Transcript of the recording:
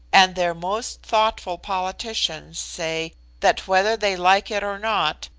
and their most thoughtful politicians say that, whether they like it or not,